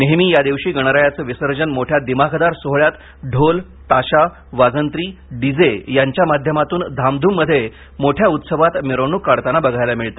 नेहमी यादिवशी गणरायाचे विसर्जन मोठ्या दिमाखदार सोहळ्यात ढोल ताशा वाजंत्री डीजेच्या धामध्मध्ये मोठ्या उत्सवात मिरवणूक काढताना बघायला मिळते